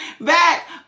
back